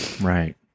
Right